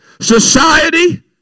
Society